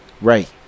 Right